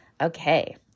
Okay